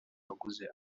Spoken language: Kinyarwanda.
waguze